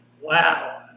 wow